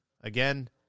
again